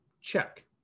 Check